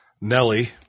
Nelly